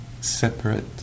separate